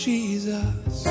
Jesus